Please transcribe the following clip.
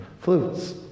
flutes